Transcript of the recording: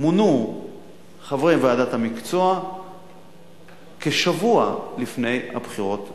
מונו חברי ועדת המקצוע כשבוע לפני הבחירות לכנסת.